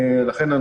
לכן,